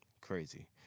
crazy